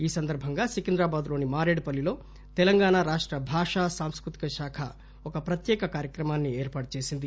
ఈ సందర్బంగా సికింద్రాబాద్ లోని మారేడ్ పల్లిలో తెలంగాణ రాష్ట భాషా సాంస్కృతిక శాఖ ఒక ప్రత్యేక కార్యక్రమాన్ని ఏర్పాటు చేసింది